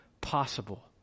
possible